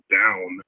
down